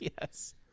Yes